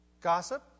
Gossip